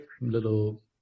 little